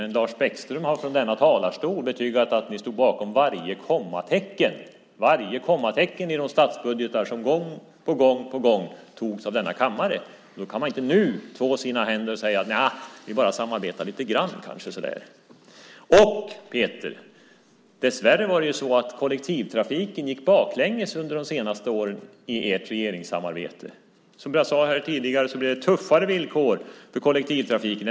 Men Lars Bäckström har från denna talarstol betygat att ni stod bakom varje kommatecken i de statsbudgetar som gång på gång antogs av denna kammare. Då kan man inte nu två sina händer och säga: Nja, vi bara samarbetade lite grann, så där. Peter! Dessvärre var det ju så att kollektivtrafiken gick baklänges under de senare åren av ert regeringssamarbete. Som jag sade tidigare blev det tuffare villkor för kollektivtrafiken.